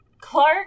clark